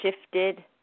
shifted